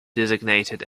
designated